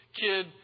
kid